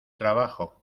trabajo